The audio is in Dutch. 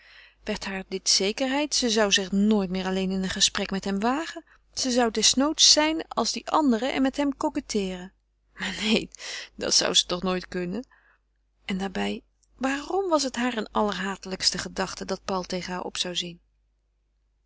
werd haar dit zekerheid ze zou zich nooit meer alleen in een gesprek met hem wagen ze zou desnoods zijn als die anderen en met hem coquetteeren maar neen dat zou toch nooit kunnen en daarbij waarm was het haar een allerhatelijkste gedachte dat paul tegen haar op zou zien